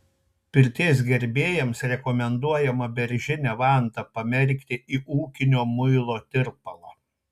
pirties gerbėjams rekomenduojama beržinę vantą pamerkti į ūkinio muilo tirpalą